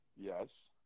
Yes